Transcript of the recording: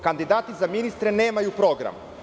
Kandidati za ministre nemaju program.